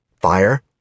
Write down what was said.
fire